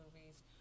movies